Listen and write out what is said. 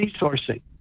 resourcing